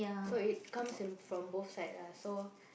so it comes in from both side lah so